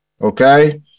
Okay